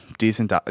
decent